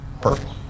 Perfect